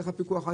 איך הפיקוח,